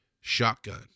shotgun